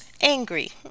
angry